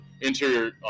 interior